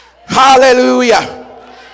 Hallelujah